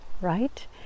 right